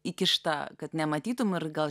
įkišta kad nematytumei ir gal